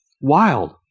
wild